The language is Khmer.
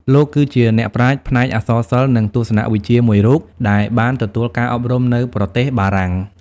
លោកគឺជាអ្នកប្រាជ្ញផ្នែកអក្សរសិល្ប៍ និងទស្សនវិជ្ជាមួយរូបដែលបានទទួលការអប់រំនៅប្រទេសបារាំង។